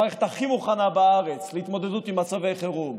המערכת הכי מוכנה בארץ להתמודדות עם מצבי חירום.